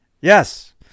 Yes